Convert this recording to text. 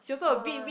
oh